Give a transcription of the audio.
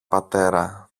πατέρα